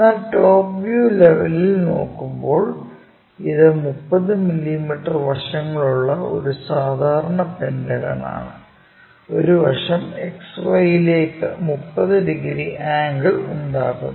എന്നാൽ top view ലെവലിൽ നോക്കുമ്പോൾ ഇത് 30 മില്ലീമീറ്റർ വശങ്ങളുള്ള ഒരു സാധാരണ പെന്റഗൺ ആണ് ഒരുവശം XY ലേക്ക് 30 ഡിഗ്രി ആംഗിൾ ഉണ്ടാക്കുന്നു